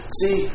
see